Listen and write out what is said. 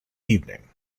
evening